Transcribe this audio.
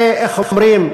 זה, איך אומרים,